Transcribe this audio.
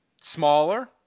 smaller –